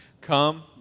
Come